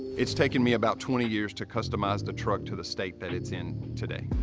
it's taken me about twenty years to customise the truck to the state that it's in today.